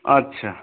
अच्छा